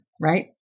right